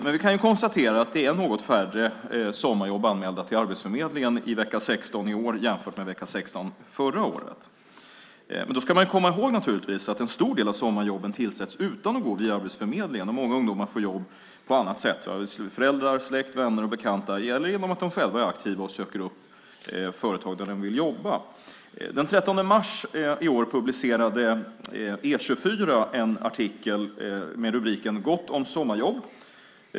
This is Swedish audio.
Men vi kan konstatera att det var något färre sommarjobb anmälda till Arbetsförmedlingen i vecka 16 i år jämfört med i vecka 16 förra året. Då ska vi naturligtvis komma ihåg att en stor del av sommarjobben tillsätts utan att man går via Arbetsförmedlingen. Många ungdomar får jobb på annat sätt, till exempel genom föräldrar, släkt, vänner eller bekanta eller genom att de själva är aktiva och söker upp företag där de vill jobba. Den 13 mars i år publicerade E 24 en artikel med rubriken "Gott om sommarjobb".